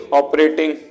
operating